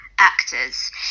actors